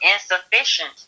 insufficient